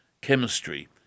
chemistry